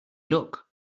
look